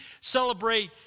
celebrate